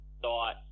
thought